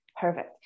Perfect